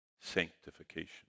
sanctification